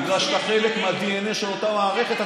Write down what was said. בגלל שאתה חלק מהדנ"א של אותה מערכת.